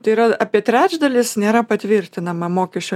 tai yra apie trečdalis nėra patvirtinama mokesčių